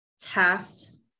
test